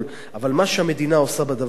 אבל מה שהמדינה עושה בדבר הזה,